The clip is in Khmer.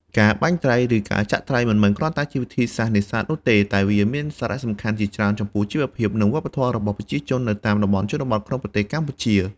ការបាញ់ត្រី ឬការចាក់ត្រី មិនមែនគ្រាន់តែជាវិធីសាស្ត្រនេសាទនោះទេ តែវាមានសារៈសំខាន់ជាច្រើនចំពោះជីវភាព និងវប្បធម៌របស់ប្រជាជននៅតាមជនបទក្នុងប្រទេសកម្ពុជា។